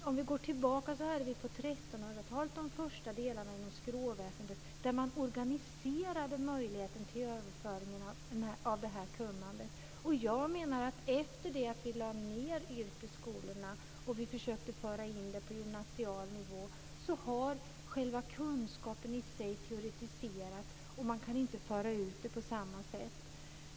Om vi går tillbaka ser vi att på 1300-talet fanns de första delarna inom skråväsendet där man organiserade möjligheten till överföring av detta kunnande. Jag menar att efter det att vi lade ned yrkesskolorna och försökte föra in detta på gymnasial nivå har själva kunskapen teoretiserats. Man kan inte föra ut den på samma sätt.